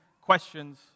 questions